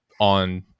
on